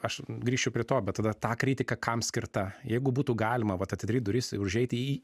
aš grįšiu prie to bet tada ta kritika kam skirta jeigu būtų galima vat atidaryt duris ir užeiti į